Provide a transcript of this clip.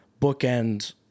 bookend